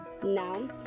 Now